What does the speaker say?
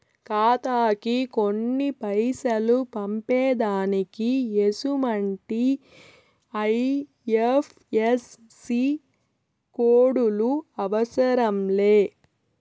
ఖాతాకి కొన్ని పైసలు పంపేదానికి ఎసుమంటి ఐ.ఎఫ్.ఎస్.సి కోడులు అవసరం లే